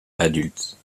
adulte